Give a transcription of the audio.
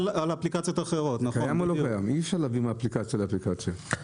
שאי אפשר להעביר מאפליקציה לאפליקציה.